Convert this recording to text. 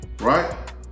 Right